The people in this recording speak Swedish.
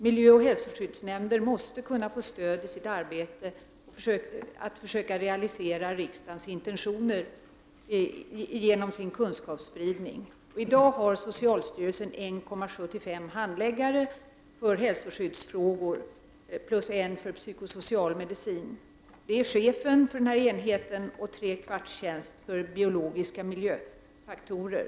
Miljö och hälsoskyddsnämnder måste kunna få stöd i sitt arbete med att försöka realisera riksdagens intentioner genom sin kunskapsspridning. I dag har socialstyrelsen 1,75 handläggare för hälsoskyddsfrågor plus en handläggare för psykosocial medicin. Det är chefen för enheten och en trekvartstjänst för biologiska miljöfaktorer.